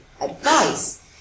advice